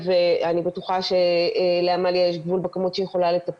אני מקבלת את שנאמר שיש הרבה רצון